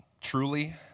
Truly